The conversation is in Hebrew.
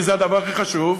כי זה הדבר הכי חשוב,